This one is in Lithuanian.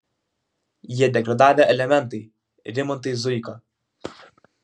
jie degradavę elementai rimantai zuika